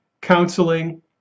counseling